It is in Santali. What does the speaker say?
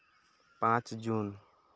ᱯᱟᱸᱪ ᱡᱩᱱ